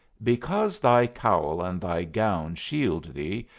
because thy cowl and thy gown shield thee,